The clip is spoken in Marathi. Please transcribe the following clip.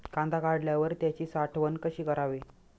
कांदा काढल्यावर त्याची साठवण कशी करावी?